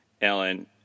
Ellen